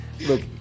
Look